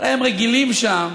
הם רגילים שם